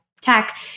tech